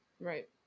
Right